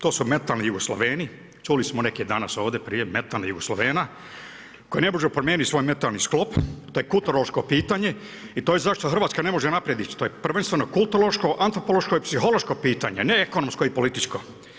To su mentalni Jugoslaveni, čuli smo neke danas ovdje prije mentalnih Jugoslavena koji ne mogu promijeniti svoj mentalni sklop, to je kulturološko pitanje, i to je zašto Hrvatska ne može naprijed ić, to je prvenstveno kulturološko, antropološko i psihološko pitanje ne ekonomsko i političko.